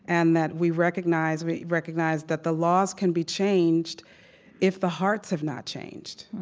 and that we recognize we recognize that the laws can be changed if the hearts have not changed.